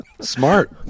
Smart